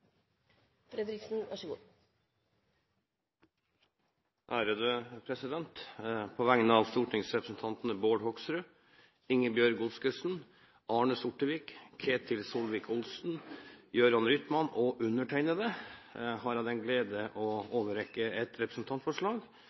På vegne av stortingsrepresentantene Bård Hoksrud, Ingebjørg Godskesen, Arne Sortevik, Ketil Solvik-Olsen, Jørund Rytman og undertegnede har jeg den glede å overrekke et representantforslag